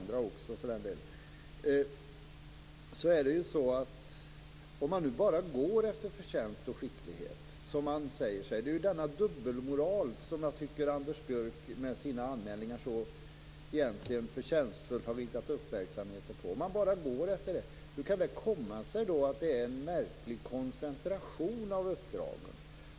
Det är denna dubbelmoral som jag tycker att Anders Björck med sina anmälningar så förtjänstfullt har riktat uppmärksamheten på. Om man bara går efter förtjänst och skicklighet, hur kan det då komma sig att det blir en så märklig koncentration av uppdragen?